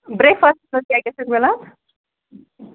brake فاسٹس منٛز کیٛاہ کیٛاہ چھُکھ مِلان